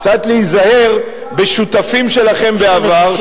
קצת להיזהר בשותפים שלכם בעבר,